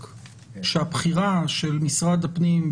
שהבחירה של משרד הפנים,